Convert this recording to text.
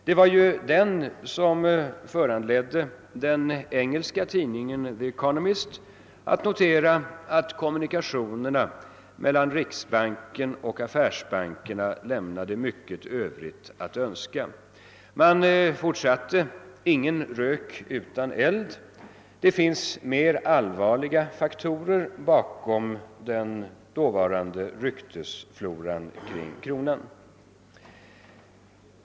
Det var den som föranledde den engelska tidningen The Economist att notera, att kommunikationerna mellan riksbanken och affärsbankerna lämnat mycket övrigt att önska. Den fortsatte: Ingen rök utan eld. Det finns mer allvarliga faktorer bakom den dåvarande ryktesfloran kring kronan.